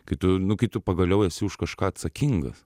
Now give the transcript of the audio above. kai tu nu kai tu pagaliau esi už kažką atsakingas